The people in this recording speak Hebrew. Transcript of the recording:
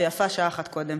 ויפה שעה אחת קודם.